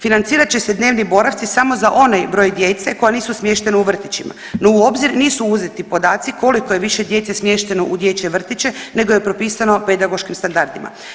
Financirat će se dnevni boravci samo za onaj broj djece koja nisu smještena u vrtićima no u obzir nisu uzeti podaci koliko je više djece smješteno u dječje vrtiće nego je propisano pedagoškim standardima.